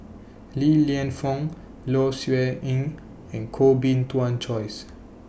Li Lienfung Low Siew Nghee and Koh Bee Tuan Joyce